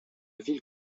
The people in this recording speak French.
ville